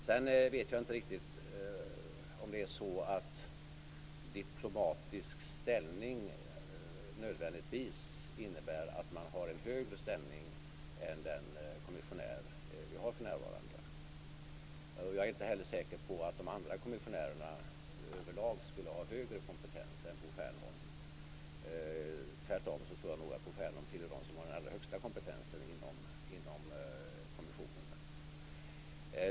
Sedan vet jag inte riktigt om det är så att diplomatisk ställning nödvändigtvis innebär att man har högre ställning än den kommissionär som vi för närvarande har. Jag är heller inte säker på att de andra kommissionärerna överlag skulle ha högre kompetens än Bo Fernholm. Tvärtom tror jag nog att Bo Fernholm tillhör dem som har den allra högsta kompetensen inom kommissionen.